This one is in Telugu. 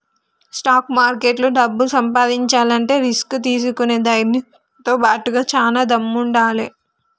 స్టాక్ మార్కెట్లో డబ్బు సంపాదించాలంటే రిస్క్ తీసుకునే ధైర్నంతో బాటుగా చానా దమ్ముండాలే